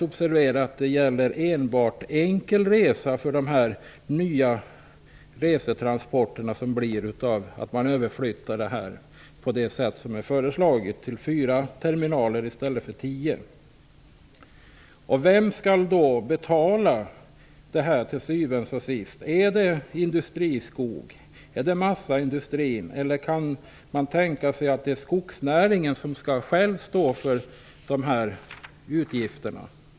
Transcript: Observera att detta enbart gäller enkel resa för de nya transporter som blir följden av överflyttningen från tio terminaler till fyra på det sätt som har föreslagits! Vem skall till syvende och sist betala detta? Är det industriskogen, massaindustrin eller kan man tänka sig att skogsnäringen själv skall stå för dessa utgifter?